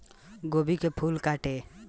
गोभी के फूल काटे के औज़ार के नाम बताई?